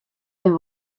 bin